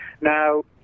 now